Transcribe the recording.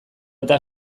eta